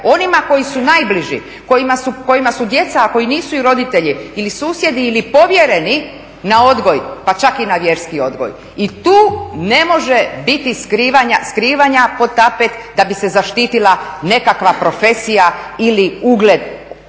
onima koji su najbliži, kojima su djeca ako i nisu roditelji ili susjedi ili povjereni na odgoj, pa čak i na vjerski odgoj. I tu ne može biti skrivanja pod tapet da bi se zaštitila nekakva profesija ili ugled